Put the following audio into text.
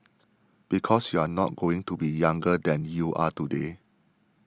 because you are not going to be younger than you are today